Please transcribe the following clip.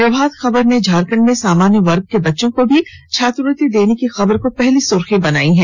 प्रभात खबर ने झारखंड में सामान्य वर्ग के बच्चों को भी छात्रवृत्रि देने की खबर को पहली सुर्खी बनाया है